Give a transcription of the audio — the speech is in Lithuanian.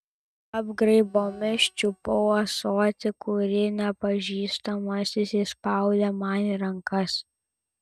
apgraibomis čiupau ąsotį kurį nepažįstamasis įspraudė man į rankas